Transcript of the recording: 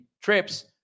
trips